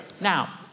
Now